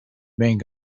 being